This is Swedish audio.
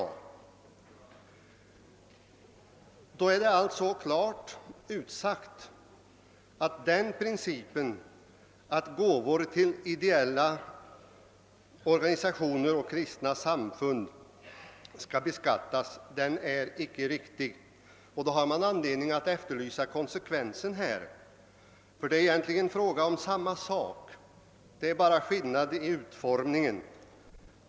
Därmed är det alltså klart utsagt att principen att gåvor till ideella organisationer och kristna samfund skall beskattas inte är riktig. Då har man också anledning att efterlysa konsekvensen. Det är här egentligen fråga om samma sak, det är bara skillnad i utformningen.